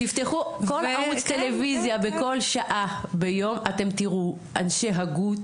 תפתחו כל ערוץ טלוויזיה בכל שעה ביום אתם תראו אנשי הגות